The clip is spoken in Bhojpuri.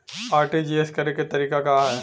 आर.टी.जी.एस करे के तरीका का हैं?